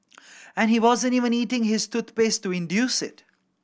and he wasn't even eating his toothpaste to induce it